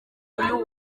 uyu